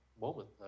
moment